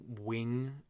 wing